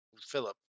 Philip